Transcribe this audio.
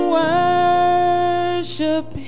worship